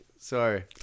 sorry